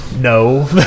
no